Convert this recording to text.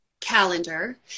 calendar